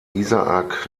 isaac